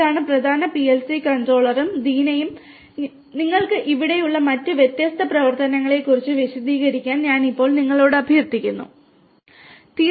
ഇതാണ് പ്രധാന പിഎൽസി കൺട്രോളറും ദീനയും ഞങ്ങൾക്ക് ഇവിടെയുള്ള മറ്റ് വ്യത്യസ്ത പ്രവർത്തനങ്ങളെക്കുറിച്ച് വിശദീകരിക്കാൻ ഞാൻ ഇപ്പോൾ നിങ്ങളോട് അഭ്യർത്ഥിക്കാമോ